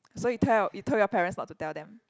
so you tell your you told your parents not to tell them